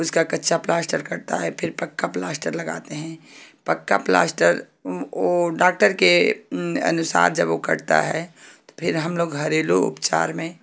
उसका कच्चा प्लास्टर कटता है फिर पक्का प्लास्टर लगाते हैं पक्का प्लास्टर वो डॉक्टर के अनुसार जब वो कटता है फिर हम लोग घरेलू उपचार में